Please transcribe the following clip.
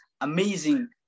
amazing